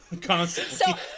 constantly